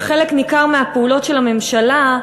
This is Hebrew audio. שחלק ניכר מהפעולות של הממשלה,